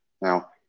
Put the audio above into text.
Now